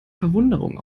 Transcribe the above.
verwunderung